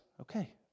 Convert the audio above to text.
okay